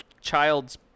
child's